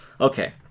Okay